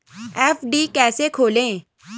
FD कैसे खोलें?